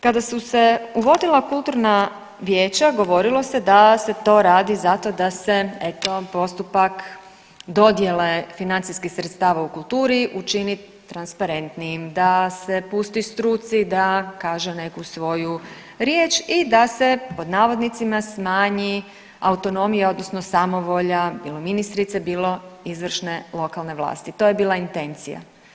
Kada su se uvodila kulturna vijeća, govorilo se da se to radi zato da se eto, postupak dodjele financijskih sredstava u kulturi učini transparentnijim, da se pusti struci da kaže neku svoju riječi i da se, pod navodnicima, smanji autonomija, odnosno samovolja bilo ministrice, bilo izvršne lokalne vlasti, to je bila intencija.